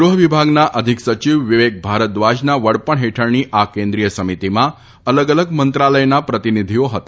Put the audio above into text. ગૃહ વિભાગના અધિક સચિવ વિવેક ભારદ્વાજના વડપણ હેઠળની આ કેન્દ્રીય સમિતિમાં અલગ અલગ મંત્રાલયના પ્રતિનિધિઓ હતા